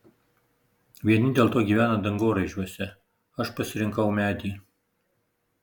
vieni dėl to gyvena dangoraižiuose aš pasirinkau medį